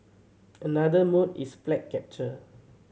another mode is flag capture